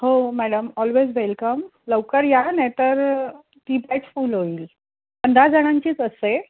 हो madam always welcome लवकर या नाहीतर फुल होईल पंधरा जणांचीच असते